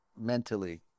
mentally